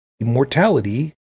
immortality